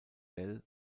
dell